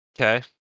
Okay